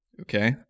okay